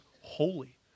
holy